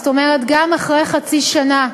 זאת אומרת גם אחרי חצי שנה,